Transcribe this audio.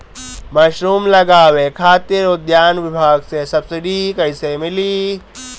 Mushroom लगावे खातिर उद्यान विभाग से सब्सिडी कैसे मिली?